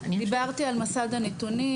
דיברתי על מסד הנתונים,